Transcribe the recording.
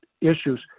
issues